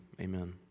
Amen